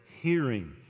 hearing